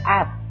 up